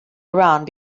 around